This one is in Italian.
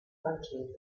francesi